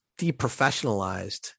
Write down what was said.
deprofessionalized